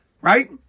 Right